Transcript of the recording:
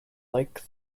like